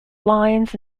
lines